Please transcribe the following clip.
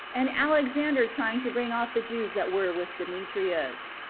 and alexander trying to bring off the jews that were with demetrius.